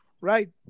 right